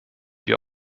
wir